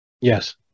Yes